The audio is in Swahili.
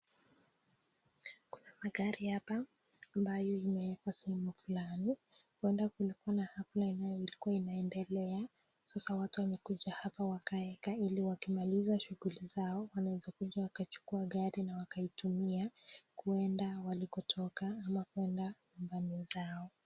Kuna magari hapa ambayo imewekwa sehemu fulani huenda kuna hafla yenye ilikua inaendelea sasa watu wamekuja hapa wakae kae ili wakimaliza shughuli zao wanaweza kuja wakachukua gari na wakaitumia kuenda walikotoka ama kwende nyumbani zao.